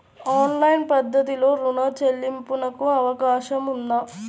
Online పద్ధతిలో రుణ చెల్లింపునకు అవకాశం ఉందా?